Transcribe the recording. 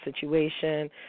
situation